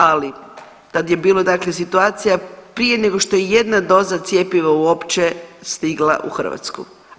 Ali tad je bilo dakle situacija prije nego što je ijedna doza cjepiva uopće stigla u Hrvatsku.